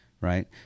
right